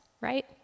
right